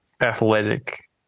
athletic